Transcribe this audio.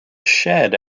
shed